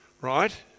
right